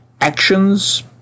Actions